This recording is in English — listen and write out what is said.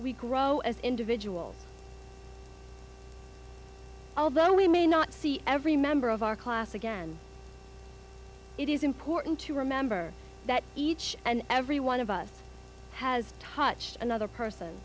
we grow as individuals although we may not see every member of our class again it is important to remember that each and every one of us has touched another person